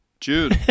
june